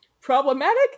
Problematic